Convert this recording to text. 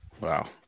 wow